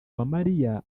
uwamariya